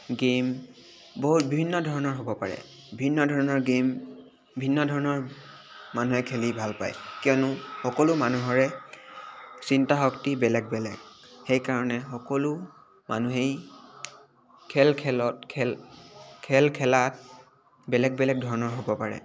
game বহুত ভিন্ন ধৰণৰ হ'ব পাৰে ভিন্ন ধৰণৰ গেম ভিন্ন ধৰণৰ মানুহে খেলি ভাল পায় কিয়নো সকলো মানুহৰে চিন্তা শক্তি বেলেগ বেলেগ সেইকাৰণে সকলো মানুহেই খেল খেলত খেল খেল খেলাত বেলেগ বেলেগ ধৰণৰ হ'ব পাৰে